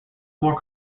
more